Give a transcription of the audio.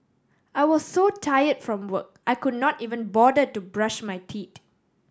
I was so tired from work I could not even bother to brush my teeth